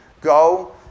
go